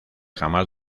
jamás